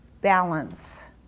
balance